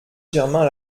germain